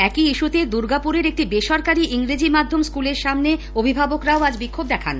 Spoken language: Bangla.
একই ইস্যতে দুর্গাপুরের একটি বেসরকারি ইংরেজি মাধ্যম স্কুলের সামনে অভিভাবকরা আজ বিক্ষোভ দেখান